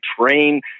train